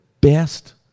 best